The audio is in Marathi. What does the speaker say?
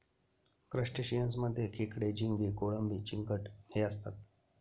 क्रस्टेशियंस मध्ये खेकडे, झिंगे, कोळंबी, चिंगट हे असतात